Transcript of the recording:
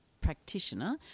practitioner